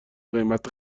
قیمت